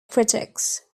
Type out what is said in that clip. critics